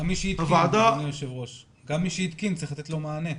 גם מי שהתקין, צריך לתת לו מענה.